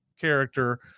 character